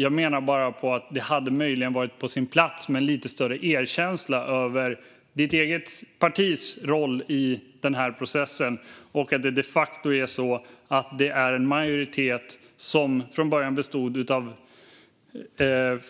Jag menar bara att det möjligen hade varit på sin plats med ett lite större erkännande av ditt eget partis roll i denna process och av att det de facto från början var en majoritet bestående av